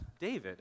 David